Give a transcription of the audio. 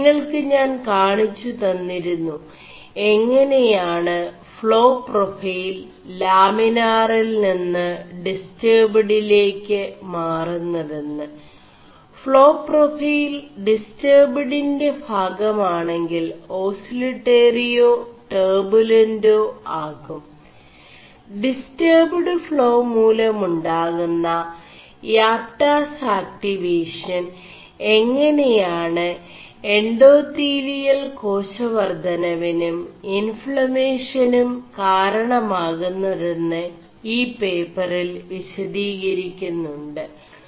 നിÆൾ ് ഞാൻ കാണിgg തMിരുMു എÆെനയാണ് ോ െ4പാൈഫൽ ലാമിനാറിൽ നിM് ഡി¶ർേബഡിേല ് മാറുMെതM്േ ാെ4പാൈഫൽ ഡി¶ർേബഡിെ ഭാഗമാെണ ിൽ ഓസിേലറിേയാ ടർബുലൻഡ് ആകും ഡി¶ർേബഡ് ോ മൂലമുാകുM ാപ് ടാസ് ആക്ടിേവഷൻ എÆെനയാണു എൻേഡാøീലിയൽ േകാശവര്ധനവിനും ഇൻഫ്ളേമഷനും കാരണമാകുMെതM് ഈ േപçറിൽ വിശദീകരി ുMു്